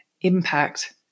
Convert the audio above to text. impact